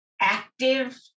active